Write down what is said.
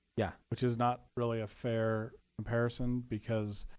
yeah which is not really a fair comparison because